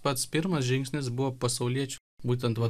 pats pirmas žingsnis buvo pasauliečių būtent vat